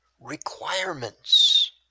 requirements